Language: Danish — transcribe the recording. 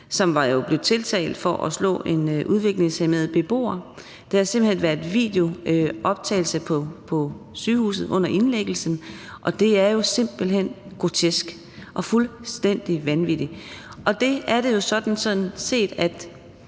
som var blevet tiltalt for at slå en udviklingshæmmet beboer – der havde simpelt hen været videooptagelse på sygehuset under indlæggelsen – og det er jo simpelt hen grotesk og fuldstændig vanvittigt. Og den her medarbejder